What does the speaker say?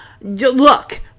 look